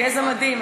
כי הוא גזע מדהים.